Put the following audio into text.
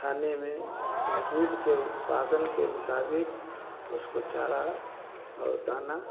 खाने में दूध के उत्पादन के मुताबिक उसको चारा और दाना